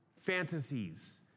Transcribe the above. fantasies